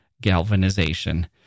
galvanization